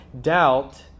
doubt